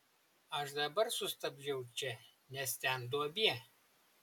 aš dabar sustabdžiau čia nes ten duobė